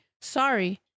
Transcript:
Sorry